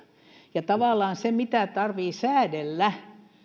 ja tavallaan siinä mitä tarvitsee säädellä